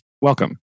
Welcome